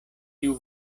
tiu